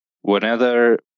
whenever